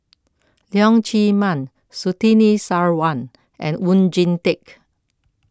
Leong Chee Mun Surtini Sarwan and Oon Jin Teik